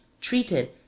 treated